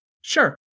Sure